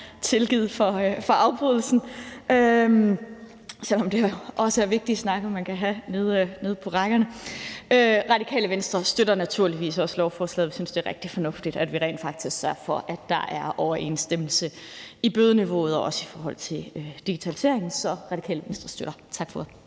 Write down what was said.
tilgivet for afbrydelsen, selv om det jo også er vigtige snakke, man kan have nede på rækkerne. Radikale Venstre støtter naturligvis også lovforslaget. Vi synes, det er rigtig fornuftigt, at vi rent faktisk sørger for, at der er overensstemmelse i bødeniveauet. Det gælder også i forhold til digitaliseringen. Så Radikale Venstre støtter det. Tak for